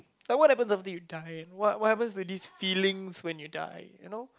like what happens after you die what what happens with these feelings when you die you know